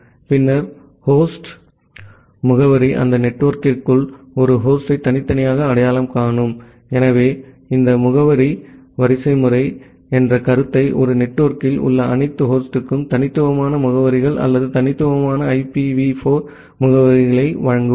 பின்னர் ஹோஸ்ட் முகவரி அந்த நெட்வொர்க்கிற்குள் ஒரு ஹோஸ்டை தனித்தனியாக அடையாளம் காணும் எனவே இந்த முகவரிவரிசைமுறை என்ற கருத்தை ஒரு நெட்வொர்க்கில் உள்ள அனைத்து ஹோஸ்டுக்கும் தனித்துவமான முகவரிகள் அல்லது தனித்துவமான ஐபிவி 4 முகவரிகளை வழங்குவோம்